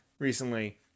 Recently